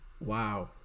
Wow